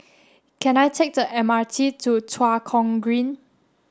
can I take the M R T to Tua Kong Green